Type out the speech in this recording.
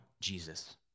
Jesus